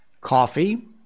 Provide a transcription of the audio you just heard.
coffee